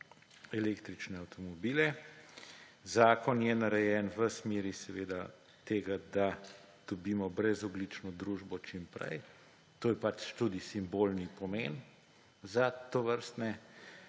električne avtomobile. Zakon je narejen v smeri tega, da dobimo brezogljično družbo čim prej, to je pač tudi simbolni pomen za tovrstne